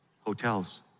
hotels